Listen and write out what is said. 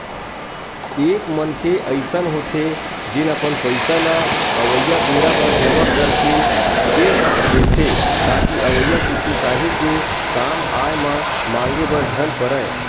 एक मनखे अइसन होथे जेन अपन पइसा ल अवइया बेरा बर जमा करके के रख देथे ताकि अवइया कुछु काही के कामआय म मांगे बर झन परय